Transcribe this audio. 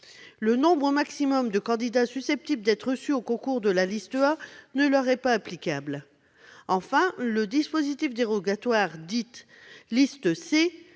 le nombre maximal de candidats susceptibles d'être reçus au concours de la liste A ne leur est pas applicable. Enfin, le dispositif dérogatoire dit de la liste C